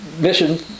mission